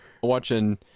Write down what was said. watching